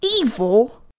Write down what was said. evil